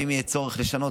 ואם יהיה לנו צורך לשנות,